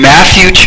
Matthew